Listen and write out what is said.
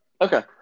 Okay